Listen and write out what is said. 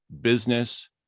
business